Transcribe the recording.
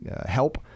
help